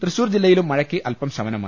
തൃശൂർ ജില്ലയിലും മഴയ്ക്ക് അല്പം ശമനമായി